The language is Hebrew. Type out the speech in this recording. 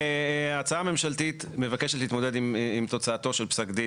ההצעה הממשלתית מבקשת להתמודד עם תוצאתו של פסק דין